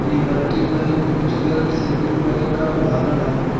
liberty bank mutual saving bank का उदाहरण है